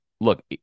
look